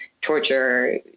torture